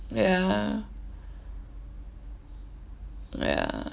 ya ya